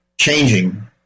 changing